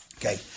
Okay